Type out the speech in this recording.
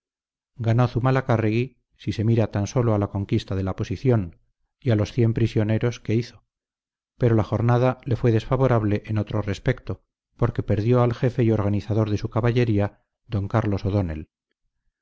de pamplona ganó zumalacárregui si se mira tan sólo a la conquista de la posición y a los cien prisioneros que hizo pero la jornada le fue desfavorable en otro respecto porque perdió al jefe y organizador de su caballería d carlos